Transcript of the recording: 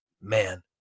man